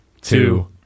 two